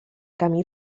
camí